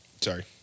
Sorry